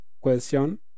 question